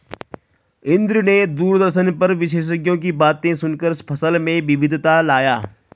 इंद्र ने दूरदर्शन पर विशेषज्ञों की बातें सुनकर फसल में विविधता लाया